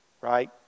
right